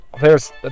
There's-